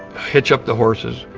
hitch up the horses,